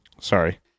Sorry